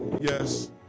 yes